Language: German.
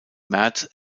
märz